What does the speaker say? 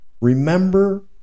Remember